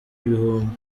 ibihumbi